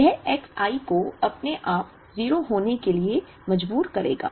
यह X i को अपने आप 0 होने के लिए मजबूर करेगा